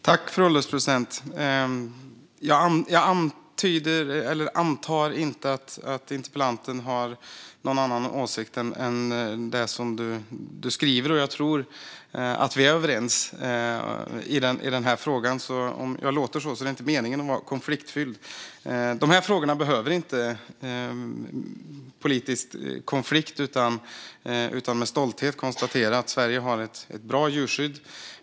Fru ålderspresident! Jag antar inte att interpellanten har någon annan avsikt än den som hon har framfört. Jag tror att vi är överens i denna fråga. Det är inte meningen att vara konfliktfylld, om det låter så. Dessa frågor behöver inte politisk konflikt. Jag kan med stolthet konstatera att Sverige har ett bra djurskydd.